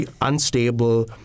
unstable